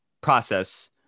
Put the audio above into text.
process